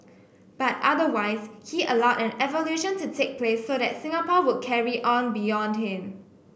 but otherwise he allowed an evolution to take place so that Singapore would carry on beyond him